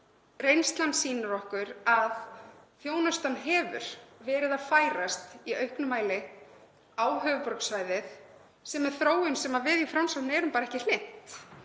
Reynslan sýnir okkur að þjónustan hefur verið að færast í auknum mæli á höfuðborgarsvæðið, sem er þróun sem við í Framsókn erum ekki hlynnt.